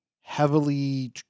heavily